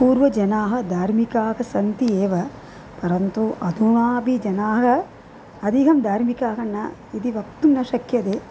पूर्वजनाः धार्मिकाः सन्ति एव परन्तु अधुनापि जनाः अधिकं धार्मिकाः न इति वक्तुं न शक्यते